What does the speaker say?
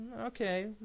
okay